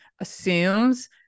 assumes